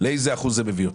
לאיזה אחוז זה מביא אותן?